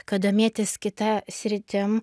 kad domėtis kita sritim